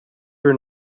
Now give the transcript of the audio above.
her